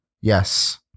Yes